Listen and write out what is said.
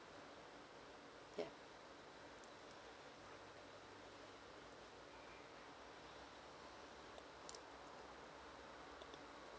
mm